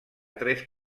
tres